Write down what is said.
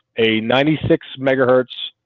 a ninety six megahertz